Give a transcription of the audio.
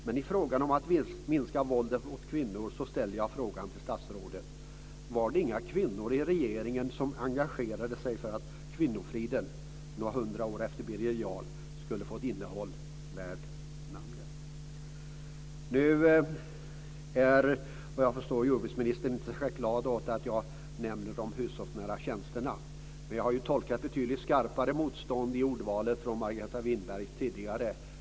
Men när det gäller att minska våldet mot kvinnor ställer jag frågan till statsrådet: Fanns det inga kvinnor i regeringen som engagerade sig för att kvinnofriden några hundra år efter Birger Jarl skulle få ett innehåll värt namnet? Fru talman! Såvitt jag förstår är jordbruksministern inte särskilt glad åt att jag nämner de hushållsnära tjänsterna. Jag har mött betydligt skapare motstånd i Margareta Winbergs ordval tidigare.